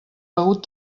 begut